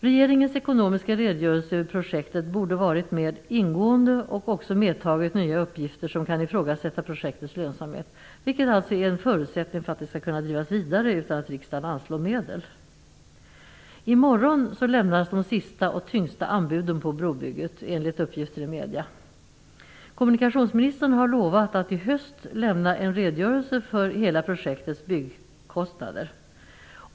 Regeringens ekonomiska redogörelse över projektet borde ha varit mer ingående och också ha medtagit nya uppgifter som kan ifrågasätta projektets lönsamhet, en lönsamhet som alltså är en förutsättning för att projektet skall kunna drivas vidare utan att riksdagen anslår medel. I morgon lämnas, enligt uppgifter i medier, de sista och tyngsta anbuden på brobygget. Kommunikationsministern har lovat att i höst lämna en redogörelse för hela projektets byggkostnader.